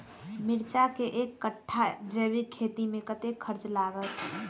मिर्चा केँ एक कट्ठा जैविक खेती मे कतेक खर्च लागत?